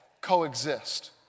coexist